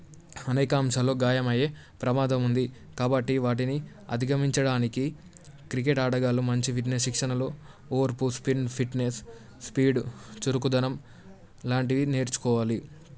అనేక అంశాల్లో గాయమయ్యే ప్రమాదం ఉంది కాబట్టి వాటిని అధిగమించడానికి క్రికెట్ ఆటగాళ్ళు మంచి ఫిట్నెస్ శిక్షణలో ఓర్పు స్పిన్ ఫిట్నెస్ స్పీడు చురుకుదనం లాంటివి నేర్చుకోవాలి